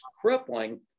crippling